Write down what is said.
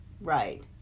Right